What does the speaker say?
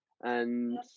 And-